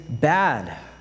bad